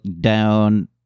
down